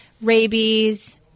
rabies